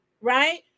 right